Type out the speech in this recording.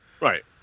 Right